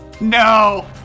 No